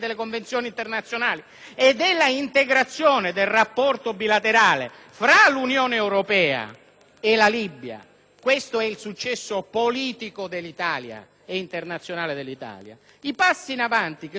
e la Libia (questo è il successo politico e internazionale dell'Italia), i passi in avanti che sono stati fatti si fermano ad un certo punto; si fermano al punto in cui si cristallizza nel Trattato